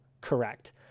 correct